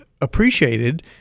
appreciated